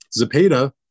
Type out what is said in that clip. Zepeda